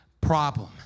problem